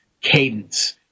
cadence